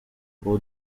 ubu